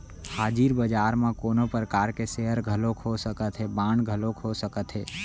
हाजिर बजार म कोनो परकार के सेयर घलोक हो सकत हे, बांड घलोक हो सकत हे